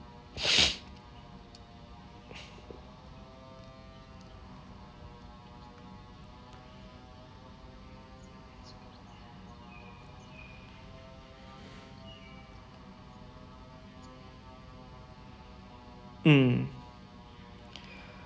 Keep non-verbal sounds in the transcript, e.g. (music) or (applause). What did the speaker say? (breath) mm